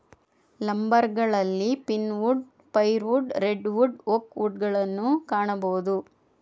ಲಂಬರ್ಗಳಲ್ಲಿ pine wood, fire wood, red wood, oak ವುಡ್ ಗಳನ್ನು ಕಾಣಬೋದು